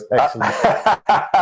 excellent